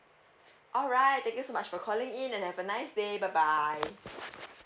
alright thank you so much for calling in and have a nice day bye bye